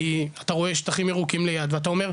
כי אתה רואה שטחים ירוקים ליד ואתה אומר,